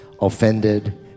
offended